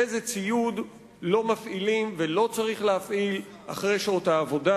איזה ציוד לא מפעילים ולא צריך להפעיל אחרי שעות העבודה,